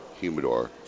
humidor